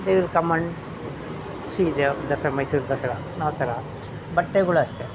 they will come and see they are Dasara Mysuru Dasara ಆ ಥರ ಬಟ್ಟೆಗಳು ಅಷ್ಟೇ